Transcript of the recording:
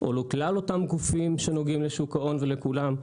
או לכלל אותם גופים שנוגעים לשוק ההון ולכולם?